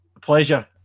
pleasure